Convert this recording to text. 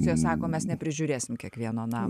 cijos sako mes neprižiūrėsim kiekvieno na